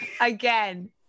Again